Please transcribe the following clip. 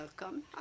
welcome